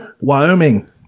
Wyoming